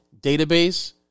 database